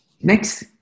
Next